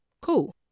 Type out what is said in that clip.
Cool